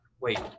wait